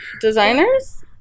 designers